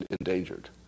endangered